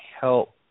help